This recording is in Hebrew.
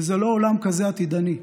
וזה לא עולם כזה עתידני,